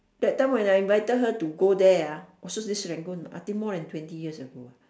that time when I invited her to go there ah also this Serangoon I think more than twenty years ago ah